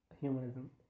humanism